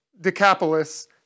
Decapolis